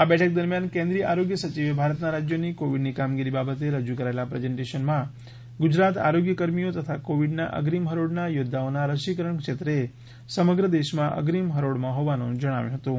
આ બેઠક દરમિયાન કેન્દ્રીય આરોગ્ય સચિવે ભારતના રાજ્યોની કોવિડની કામગીરી બાબતે રજૂ કરાયેલ પ્રેઝન્ટેશનમાં ગુજરાત આરોગ્ય કર્મીઓ તથા કોવિડના અગ્રીમ હરોળના યોદ્ધાઓના રસીકરણ ક્ષેત્રે સમગ્ર દેશમાં અગ્રીમ હરોળમાં હોવાનું જણાવ્યું હતું